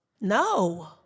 No